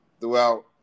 throughout